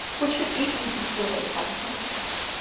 which could easily be surveyed by the telescope.